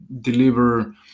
deliver